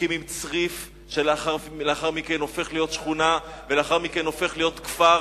מקימים צריף שלאחר מכן הופך להיות שכונה ולאחר מכן הופך להיות כפר